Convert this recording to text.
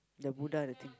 the buddha the thing